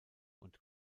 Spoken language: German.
und